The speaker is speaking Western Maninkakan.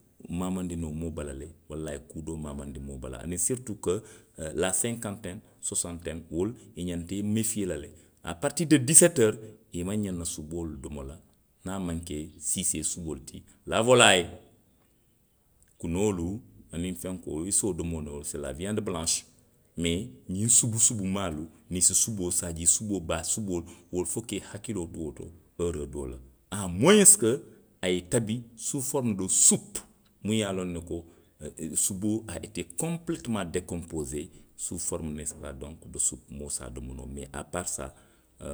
Maamandi noo moo bala le. Walla a ye kuu maamandi moo bala, aniŋ surutu ko, o. laa senkanteeni, sosanteeni, wolu, i ňantai meefiyee la le. Aa paaritiiri de diiseteeri. i maŋ ňaŋ na suboolu domo la, niŋ a maŋ ke siisee suboolu ti, laa wolaayi. Kunoolu aniŋ fenkoo, i se wo domo noo le. Se la wiyaandi balansi. Mee ňiŋ subu. subumaalu, ninsi suboo, saajii suboo, baa suboolu. wolu, fo ka i hakkiloo tu wo to eeroo doolu la. A mowensiko a ye tabi, suu forimu do suppuu muŋ ye a loŋ ne ko suboo aa etee konpiletomaŋ dekonposee suu forimu nesipaa donku do suppu, moo se a domo noo le mee aa paari saa o.